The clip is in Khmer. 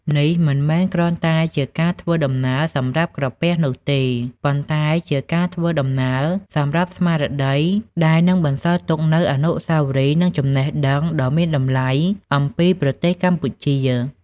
នេះមិនមែនគ្រាន់តែជាការធ្វើដំណើរសម្រាប់ក្រពះនោះទេ ប៉ុន្តែជាការធ្វើដំណើរសម្រាប់ស្មារតី ដែលនឹងបន្សល់ទុកនូវអនុស្សាវរីយ៍ និងចំណេះដឹងដ៏មានតម្លៃអំពីប្រទេសកម្ពុជា។